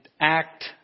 act